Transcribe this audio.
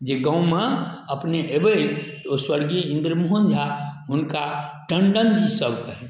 जे गाँवमे अपने एबै तऽ ओ स्वर्गीय इंद्रमोहन झा हुनका टंडन जी सब कहैनि